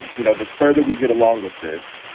and you know, the further we get along with this,